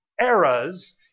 eras